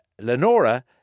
Lenora